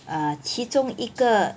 err 其中一个